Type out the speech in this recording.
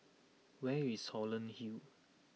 where is Holland Hill